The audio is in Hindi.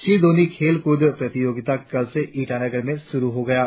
सी दोन्यी खेल कूद प्रतियोगिता कल से ईटानगर में शुरु हो गयी